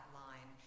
line